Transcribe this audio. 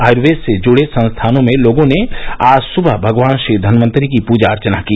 आयुर्वेद से जुड़े संस्थानों में लोगों ने आज सुबह भगवान श्री धनवंतरि की पूजा अर्चना की